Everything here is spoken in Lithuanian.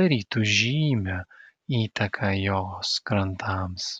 darytų žymią įtaką jos krantams